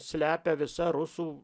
slepia visa rusų